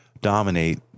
dominate